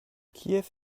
kiew